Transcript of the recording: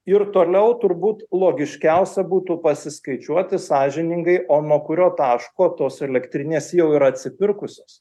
ir toliau turbūt logiškiausia būtų pasiskaičiuoti sąžiningai o nuo kurio taško tos elektrinės jau yra atsipirkusios